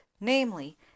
namely